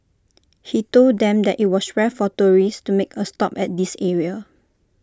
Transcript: he told them that IT was rare for tourists to make A stop at this area